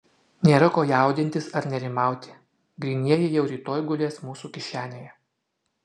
nėra ko jaudintis ar nerimauti grynieji jau rytoj gulės mūsų kišenėje